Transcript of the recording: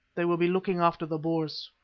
they will be looking after the boers.